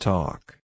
Talk